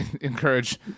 encourage